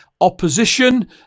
opposition